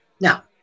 Now